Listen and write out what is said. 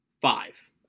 Five